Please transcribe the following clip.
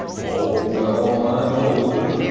oh, well i'm old,